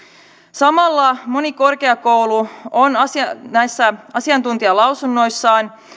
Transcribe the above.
samalla moni korkeakoulu on näissä asiantuntijalausunnoissaan